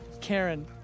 Karen